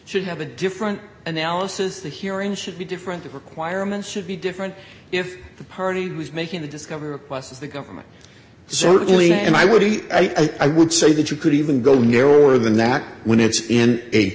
should have a different analysis the hearing should be different the requirements should be different if the party was making the discovery process the government certainly and i would be i would say that you could even go narrower than that when it's in a